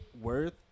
worth